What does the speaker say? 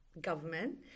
government